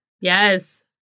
Yes